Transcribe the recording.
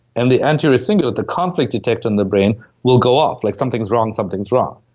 and the anterior cingulate, the conflict detecter on the brain will go off like, something's wrong. something's wrong.